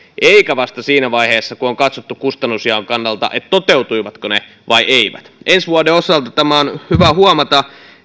eikä vasta siinä vaiheessa kun on katsottu kustannusjaon kannalta toteutuivatko ne vai eivät ensi vuoden osalta on hyvä huomata